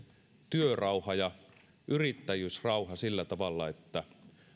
työrauha ja yrittäjyysrauha sillä tavalla että